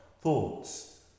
thoughts